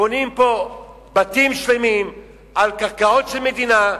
בונים פה בתים שלמים על קרקעות של המדינה,